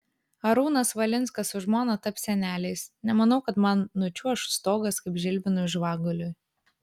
arūnas valinskas su žmona taps seneliais nemanau kad man nučiuoš stogas kaip žilvinui žvaguliui